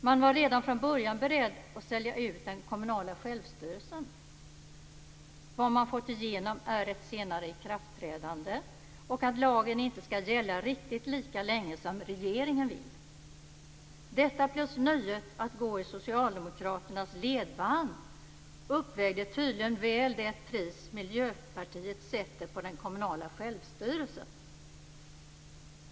Man var redan från början beredd att sälja ut den kommunala självstyrelsen. Vad man har fått igenom är ett senare ikraftträdande och att lagen inte skall gälla riktigt lika länge som regeringen vill. Detta plus nöjet att gå i socialdemokraternas ledband uppväger tydligen väl det pris som Miljöpartiet sätter på den kommunala självstyrelsen.